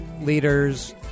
leaders